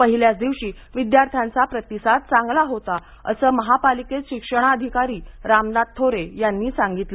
पहिल्याच दिवशी विद्यार्थ्यांचा प्रतिसाद चांगला होता असं महानगरपालिकेचे शिक्षणाधिकारी रामनाथ थोरे यांनी सांगितलं